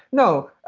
no.